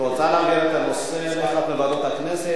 רוצה להעביר את הנושא לאחת מוועדות הכנסת,